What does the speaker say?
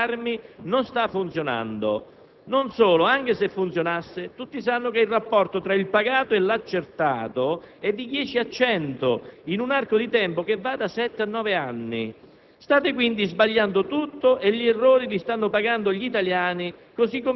di evasione del 2006. Sicché anche la lotta all'evasione ed elusione con i gendarmi non sta funzionando. Non solo: anche se funzionasse, tutti sanno che il rapporto tra il pagato e l'accertato è di dieci a cento, in un arco di tempo che va da sette a